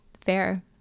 fair